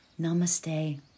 Namaste